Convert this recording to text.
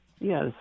Yes